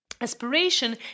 Aspiration